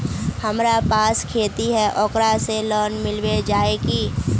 हमरा पास खेती है ओकरा से लोन मिलबे जाए की?